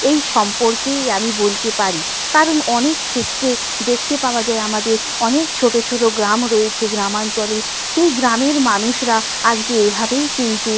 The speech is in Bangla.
এই সম্পর্কেই আমি বলতে পারি কারণ অনেক ক্ষেত্রে দেখতে পাওয়া যায় আমাদের অনেক ছোটো ছোটো গ্রাম রয়েছে গ্রামাঞ্চলে সেই গ্রামের মানুষরা আজকে এভাবেই কিন্তু